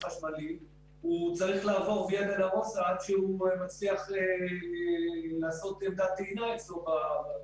חשמלי צריך לעבור וייה דולורוזה עד שהוא מצליח לעשות אצלו עמדת